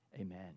amen